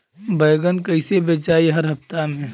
बैगन कईसे बेचाई हर हफ्ता में?